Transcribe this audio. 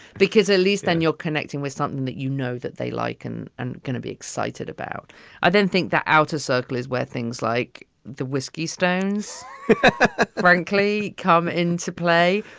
because at least then you're connecting with something that you know that they like and and gonna be excited about i don't think the outer circle is where things like the whiskey stones frankly come into play,